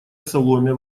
соломе